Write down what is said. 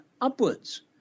upwards